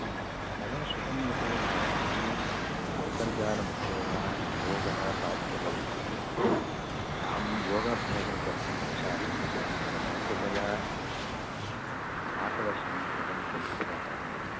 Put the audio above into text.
आम् मया श्रुतं यत् भवद्भिः अन्तरजालमुखेन योगः पाठ्यते इति अहं योगाभ्यासं कर्तुम् इच्छामि कृपया मार्गदर्शनं कुर्वन्तु इति प्रार्थये